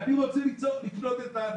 אני רוצה לקנות את המוצר.